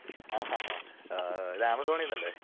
ആ ഹാ ആ ഇത് ആമസോണിന്നല്ലേ